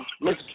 Miss